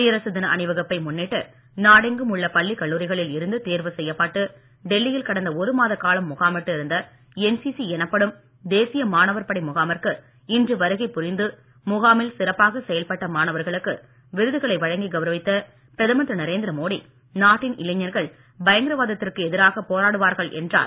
குடியரசு தின அணிவகுப்பை முன்னிட்டு நாடெங்கும் உள்ள பள்ளி கல்லூரிகளில் இருந்து தேர்வு செய்யப்பட்டு டெல்லியில் கடந்த ஒருமாத காலம் முகாமிட்டு இருந்த என்சிசி எனப்படும் தேசிய மாணவர் படை முகாமிற்கு இன்று வருகை புரிந்து முகாமில் சிறப்பாக செயல்பட்ட மாணவர்களுக்கு விருதுகளை வழங்கி கவுரவித்த பிரதமர் திரு நரேந்திர மோடி நாட்டின் இளைஞர்கள் பயங்கரவாதத்திற்கு எதிராக போராடுவார்கள் என்றார்